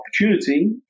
opportunity